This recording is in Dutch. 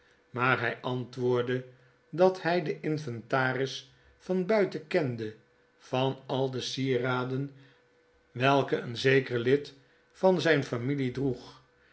maar hg antwoordde dat lyj den inventaris vanbui ten kende van al de sieraden welke eenzeker lid zgner familie droeg